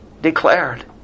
declared